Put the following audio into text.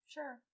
Sure